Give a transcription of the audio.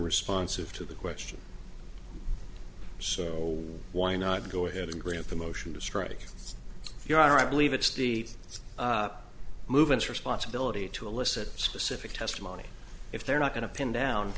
responsive to the question so why not go ahead and grant the motion to strike your honor i believe it's the movement's responsibility to elicit specific testimony if they're not going to pin down